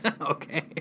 Okay